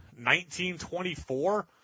1924